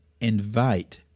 invite